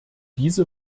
diese